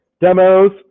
demos